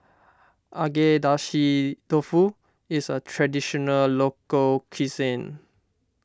Agedashi Dofu is a Traditional Local Cuisine